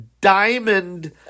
diamond